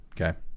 Okay